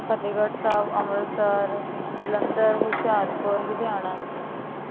Fatehgarh Sahib Amritsar Jalandhar Hoshiarpur Ludhiana